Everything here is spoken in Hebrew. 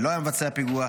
ולא היה מבצע פיגוע.